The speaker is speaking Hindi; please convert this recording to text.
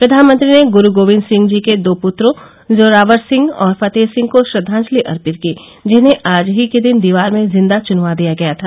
प्रधानमंत्री ने ग्रु गोबिंद सिंह जी के दो पूत्रों जोरावर सिंह और फतेहसिंह को श्रद्वांजलि अर्पित की जिन्हें आज ही के दिन दीवार में जिंदा चुनवा दिया गया था